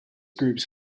groups